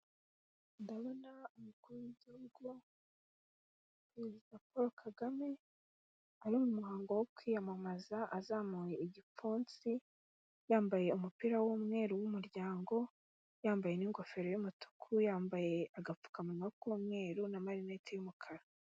Ndabona umukuru w'igihugu Paul Kagame, ari mu muhango wo kwiyamamaza azamuye igipfunsi, yambaye umupira w'umweru w'umuryango, yambaye n'ingofero y'umutuku, yambaye agapfukamunwa k'umweru n'amarinete y'umukara.